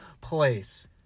place